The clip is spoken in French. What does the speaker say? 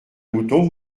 mouton